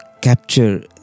capture